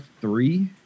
three